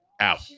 out